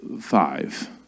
five